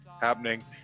happening